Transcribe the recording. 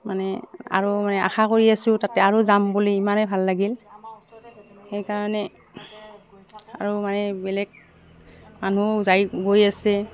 মানে আৰু মানে আশা কৰি আছোঁ তাতে আৰু যাম বুলি ইমানেই ভাল লাগিল সেইকাৰণে আৰু মানে বেলেগ মানুহো যাই গৈ আছে